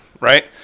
Right